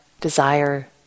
desire